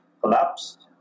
collapsed